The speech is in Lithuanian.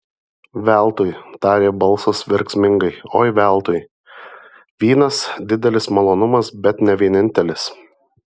veltui tarė balsas verksmingai oi veltui vynas didelis malonumas bet ne vienintelis